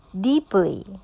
deeply